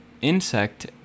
insect